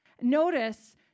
Notice